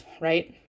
right